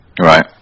Right